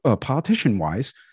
politician-wise